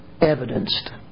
evidenced